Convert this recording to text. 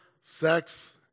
Sex